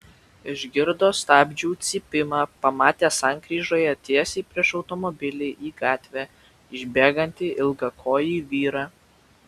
išgirdo stabdžių cypimą pamatė sankryžoje tiesiai prieš automobilį į gatvę išbėgantį ilgakojį vyrą